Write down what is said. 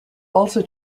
also